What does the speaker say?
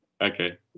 Okay